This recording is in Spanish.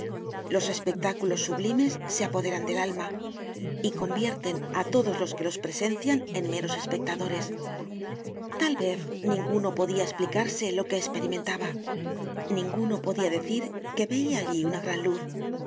los espectáculos sublimes se apoderan del alma y convierten á todos los que los presencian en meros espectadores tal vez ninguno podia esplicarse lo que esperimentaba ninguno podia decir que veia allí una gran luz